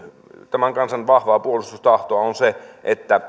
tämän kansan vahvaa puolustustahtoa on se että